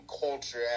culture